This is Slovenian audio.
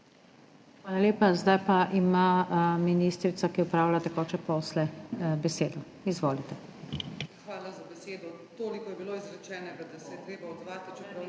Hvala za besedo.